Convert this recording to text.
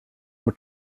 were